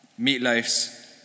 Meatloaf's